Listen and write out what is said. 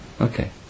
Okay